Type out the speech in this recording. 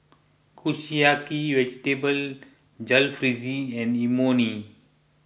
Kushiyaki Vegetable Jalfrezi and Imoni